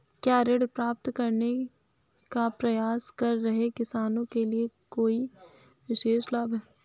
क्या ऋण प्राप्त करने का प्रयास कर रहे किसानों के लिए कोई विशेष लाभ हैं?